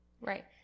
Right